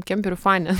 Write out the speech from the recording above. kemperių fanė